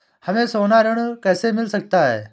हमें सोना ऋण कैसे मिल सकता है?